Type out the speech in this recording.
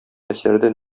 әсәрдә